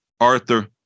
Arthur